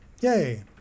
Yay